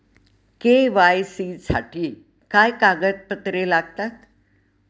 KYC साठी काय कागदपत्रे लागतात?